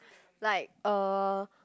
like a